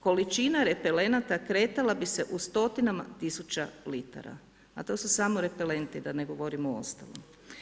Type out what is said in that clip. Količina repelenata kretala bi se u stotinama tisuća litara a to su samo repelenti, da ne govorimo o ostalom.